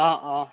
অঁ অঁ